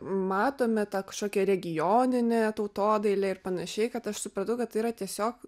matome tą kažkokį regioninę tautodailę ir panašiai kad aš supratau kad tai yra tiesiog